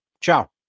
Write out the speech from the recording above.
ciao